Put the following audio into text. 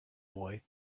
boy